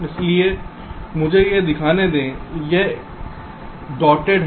इसलिए मुझे यह दिखाने दें कि यह डॉटेड है